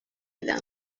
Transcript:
them